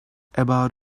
about